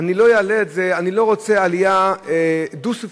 אני לא רוצה עלייה דו-ספרתית,